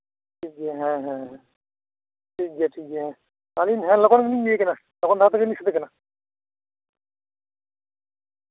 ᱴᱷᱤᱠᱜᱮᱭᱟ ᱦᱮᱸ ᱦᱮᱸ ᱦᱮᱸ ᱴᱷᱤᱠᱜᱮᱭᱟ ᱴᱷᱤᱠᱜᱮᱭᱟ ᱦᱮᱸ ᱦᱮᱸ ᱞᱚᱜᱚᱱ ᱜᱤᱞᱤᱧ ᱤᱫᱤᱭᱮ ᱠᱟᱫᱟ ᱞᱚᱜᱚᱱ ᱫᱷᱟᱨᱟ ᱛᱮᱜᱮᱞᱤᱧ ᱥᱟᱹᱛᱮ ᱠᱟᱱᱟ